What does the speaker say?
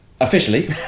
Officially